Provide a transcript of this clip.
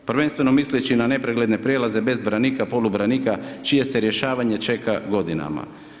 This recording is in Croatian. Prvenstveno misleći na nepregledne prelaze bez branika, polubranika, čije se rješavanje čeka godinama.